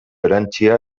erantsia